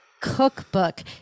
Cookbook